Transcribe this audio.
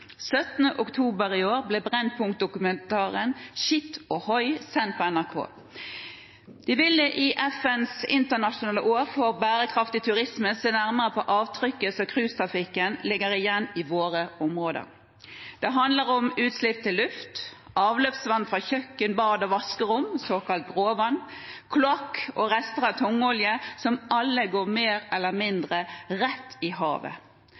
17. oktober i år ble Brennpunkt-dokumentaren «Shit O'hoi» sendt på NRK. De ville, i FNs internasjonale år for bærekraftig turisme, se nærmere på avtrykket som cruisetrafikken legger igjen i våre områder. Det handler om utslipp til luft, avløpsvann fra kjøkken, bad og vaskerom, såkalt gråvann, kloakk og rester av tungolje – som alt går mer eller mindre rett i havet.